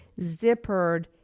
zippered